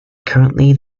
currently